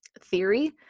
theory